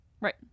Right